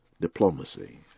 diplomacy